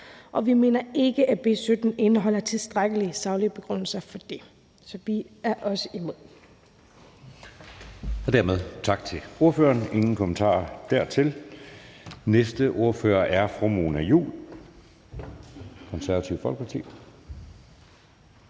og vi mener ikke, at beslutningsforslaget indeholder tilstrækkelige saglige begrundelser for det, så vi er også imod.